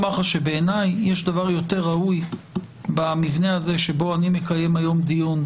בעיניי יש דבר יותר ראוי במבנה הזה שבו אני מקיים היום דיון,